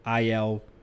IL